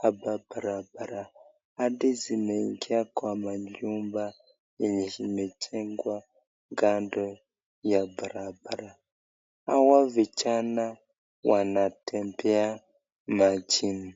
hapa barabara hadi zimeingia kwa manyumba yenye imejengwa kando ya barabara, hawa vijana wanatembea majini.